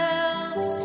else